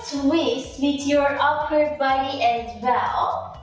with your upper body as well